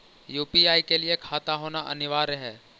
UPI के लिए खाता होना अनिवार्य है?